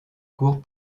court